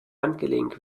handgelenk